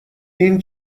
این